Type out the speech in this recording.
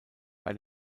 bei